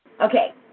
Okay